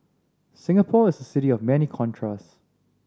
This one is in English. Singapore is a city of many contrasts